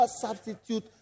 substitute